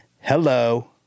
hello